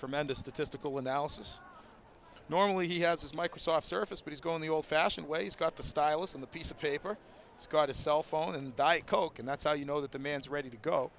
tremendous statistical analysis normally he has his microsoft surface but he's going the old fashioned way he's got the stylus on the piece of paper he's got a cell phone and diet coke and that's how you know that the man's ready to go